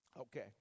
Okay